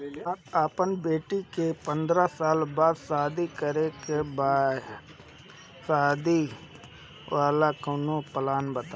हमरा अपना बेटी के पंद्रह साल बाद शादी करे के बा त शादी वाला कऊनो प्लान बताई?